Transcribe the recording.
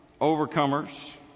overcomers